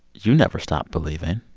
you never stopped believing